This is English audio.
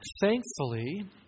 thankfully